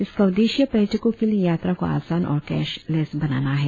इसका उद्देश्य पर्यटकों के लिए यात्रा को आसान और केशलेस बनाना है